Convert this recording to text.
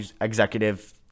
executive